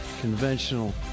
conventional